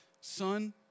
son